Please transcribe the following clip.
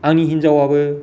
आंनि हिनजावाबो